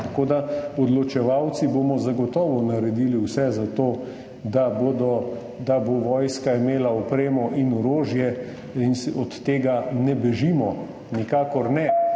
problem. Odločevalci bomo zagotovo naredili vse za to, da bo vojska imela opremo in orožje in od tega ne bežimo. Nikakor ne.